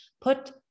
put